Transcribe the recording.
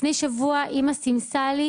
לפני שבוע אימא סימסה לי